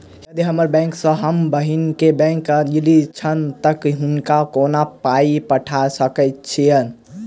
यदि हम्मर बैंक सँ हम बहिन केँ बैंक अगिला छैन तऽ हुनका कोना पाई पठा सकैत छीयैन?